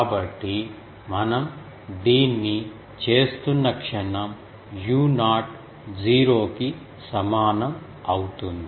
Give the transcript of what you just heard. కాబట్టి మనం దీన్ని చేస్తున్న క్షణం u0 0 కి సమానం అవుతుంది